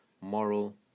moral